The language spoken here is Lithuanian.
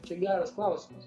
čia geras klausimas